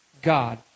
God